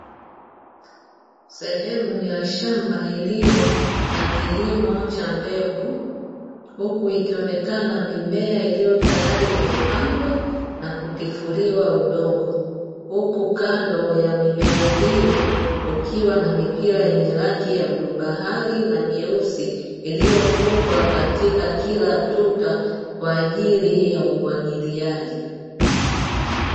Sehemu ya shamba iliyo na kilimo cha mbegu huku ikionekana mimea iliyotayari imepandwa na kutifuliwa udongo. Huku kando ya mimea hio kukiwa na mipira yenye rangi ya bluu bahari na meusi iliyofungwa katika kila tuta kwa ajili ya umwagiliaji.